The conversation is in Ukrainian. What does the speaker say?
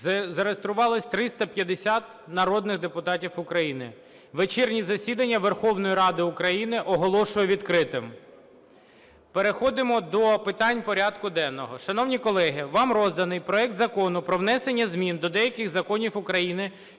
Зареєструвалося 350 народних депутатів України. Вечірнє засідання Верховної Ради України оголошую відкритим. Переходимо до питань порядку денного. Шановні колеги, вам роздано проект Закону про внесення змін до деяких законів України